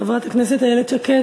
חברת הכנסת איילת שקד,